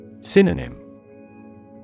Synonym